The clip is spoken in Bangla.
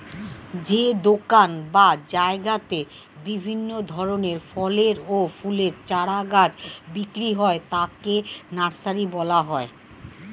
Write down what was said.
যে দোকান বা জায়গাতে বিভিন্ন ধরনের ফলের ও ফুলের চারা গাছ বিক্রি হয় তাকে নার্সারি বলা হয়